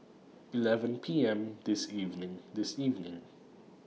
eleven P M This evening This evening